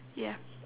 ya